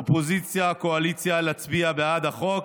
אופוזיציה, קואליציה, להצביע בעד החוק.